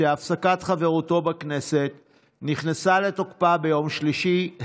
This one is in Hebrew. שהפסקת חברותו בכנסת נכנסה לתוקפה ביום שלישי,